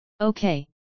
Okay